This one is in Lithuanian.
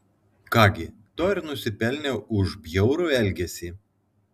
ką gi to ir nusipelnė už bjaurų elgesį